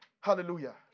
Hallelujah